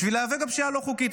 בשביל להיאבק בפשיעה הלא-חוקית.